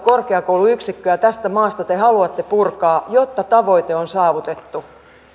korkeakouluyksikköä te tästä maasta haluatte purkaa jotta tavoite on saavutettu